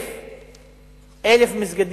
אתם יודעים